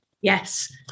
Yes